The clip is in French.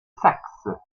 saxe